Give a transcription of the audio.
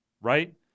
right